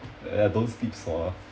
ya don't sleep